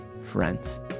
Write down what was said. friends